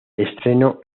estreno